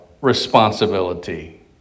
responsibility